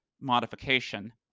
modification